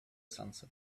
sunset